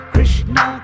Krishna